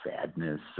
sadness